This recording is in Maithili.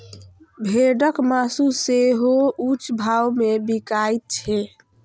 भेड़क मासु सेहो ऊंच भाव मे बिकाइत छै